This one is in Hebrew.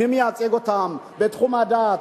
מי מייצג אותם בתחום הדת,